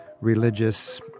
religious